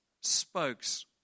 spokes